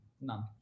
none